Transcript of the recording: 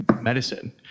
medicine